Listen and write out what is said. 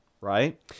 Right